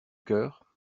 cœur